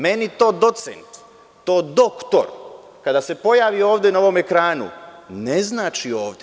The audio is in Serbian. Meni to „docent“, to „doktor“, kada se pojavi ovde na ovom ekranu, ne znači ovde.